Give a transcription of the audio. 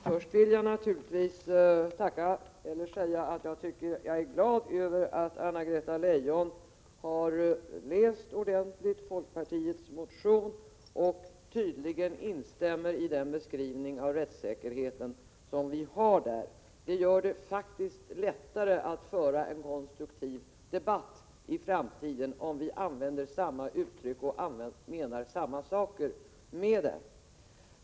Herr talman! Först vill jag säga att jag är glad över att Anna-Greta Leijon har läst folkpartiets motion ordentligt och tydligen instämmer i den beskrivning av rättssäkerheten som vi gör där. Det blir faktiskt lättare att föra en konstruktiv debatt i framtiden, om vi använder samma uttryck och menar samma saker med dem.